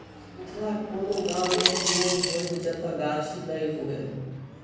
मिथिलाक कोनो गाम एहन नै होयत जतय गाछी नै हुए